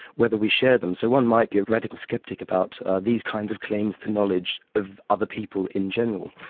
whether we share them. so one might be a radical sceptic about these kinds of claims to knowledge of other people in general.